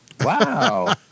Wow